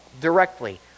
directly